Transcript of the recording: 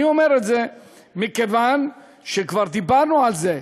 אני אומר את זה מכיוון שכבר דיברנו על זה,